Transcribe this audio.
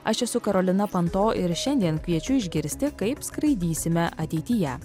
aš esu karolina panto ir šiandien kviečiu išgirsti kaip skraidysime ateityje